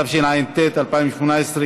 התשע"ט 2018,